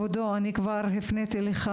אז במכתב שהפניתי אליך,